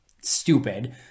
stupid